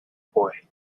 boy